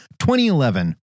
2011